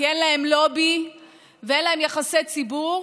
כי אין להם לובי ואין להם יחסי ציבור,